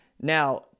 Now